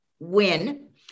win